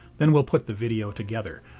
then we'll put the video together,